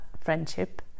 friendship